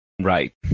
Right